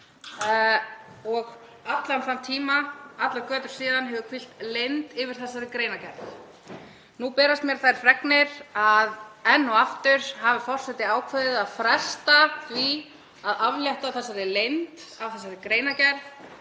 og allar götur síðan hefur hvílt leynd yfir þessari greinargerð. Nú berast mér þær fregnir að enn og aftur hafi forseti ákveðið að fresta því að aflétta leynd af þessari greinargerð